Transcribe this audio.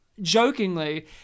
jokingly